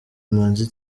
manzi